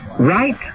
Right